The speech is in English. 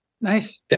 Nice